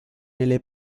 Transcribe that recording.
nelle